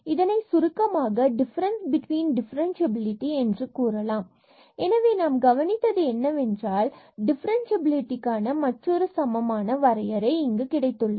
இதனை சுருக்கமாக difference between differentiability என்று கூறலாம் எனவே நாம் கவனித்தது என்னவென்றால் டிஃபரன்ஸ்சியபிலிடிக்காக மற்றொரு சமமான வரையறை இங்கு கிடைத்துள்ளது